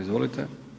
Izvolite.